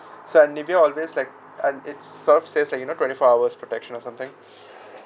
so Nivea always like and it sort of says like you know twenty four hours protection or something